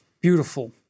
beautiful